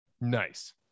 Nice